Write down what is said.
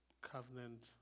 Covenant